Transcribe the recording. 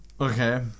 Okay